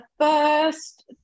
first